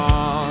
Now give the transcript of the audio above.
on